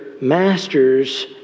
masters